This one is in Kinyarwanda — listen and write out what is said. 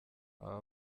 aba